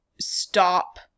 stop